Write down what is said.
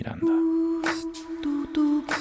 Miranda